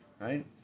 right